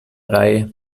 reihe